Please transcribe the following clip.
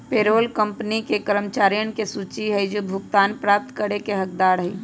payroll company के कर्मचारियन के सूची हई जो भुगतान प्राप्त करे के हकदार हई